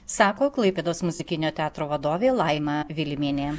sako klaipėdos muzikinio teatro vadovė laima vilimienė